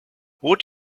would